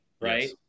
right